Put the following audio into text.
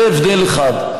זה הבדל אחד.